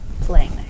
Playing